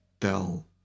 tell